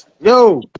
Yo